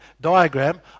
diagram